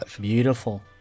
Beautiful